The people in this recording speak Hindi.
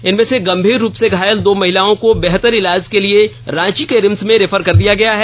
इनमें से गंभीर रुप से घायल दो महिलाओं को बेहतर इलाज के लिए रांची के रिम्स रेफर कर दिया गया है